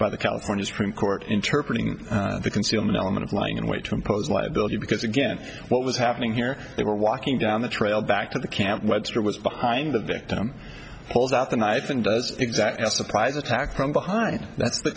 by the california supreme court interpret the concealment element of lying in wait to impose liability because again what was happening here they were walking down the trail back to the camp webster was behind the victim holds out the knife and does exactly a surprise attack from behind th